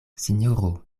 sinjoro